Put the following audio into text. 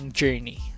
journey